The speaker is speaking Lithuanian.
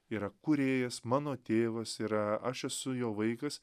yra kūrėjas mano tėvas yra aš esu jo vaikas